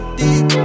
deep